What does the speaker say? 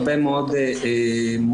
הרבה מאוד מודלים.